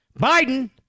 Biden